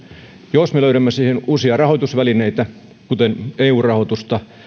jos me löydämme siihen uusia rahoitusvälineitä kuten eu rahoitusta